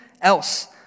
else